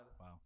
Wow